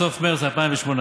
בסוף מרס 2018,